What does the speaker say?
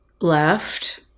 left